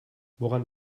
woran